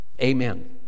amen